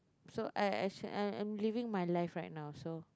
so I I actually I am living my life right now so